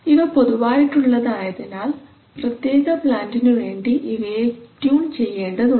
ഇവ പൊതുവായിട്ടുള്ളത് ആയതിനാൽ പ്രത്യേക പ്ലാന്റിനു വേണ്ടി ഇവയെ ട്യൂൺ ചെയ്യേണ്ടതുണ്ട്